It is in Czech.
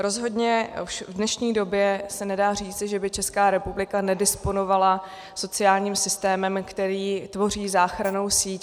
Rozhodně v dnešní době se nedá říci, že by Česká republika nedisponovala sociálním systémem, který tvoří záchrannou síť.